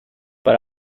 but